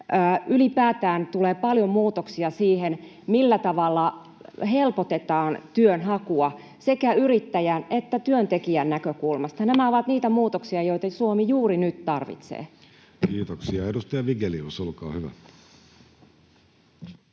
Ylipäätään tulee paljon muutoksia siihen, millä tavalla helpotetaan työnhakua sekä yrittäjän että työntekijän näkökulmasta. Nämä ovat niitä muutoksia, joita Suomi juuri nyt tarvitsee. [Speech 52] Speaker: Jussi Halla-aho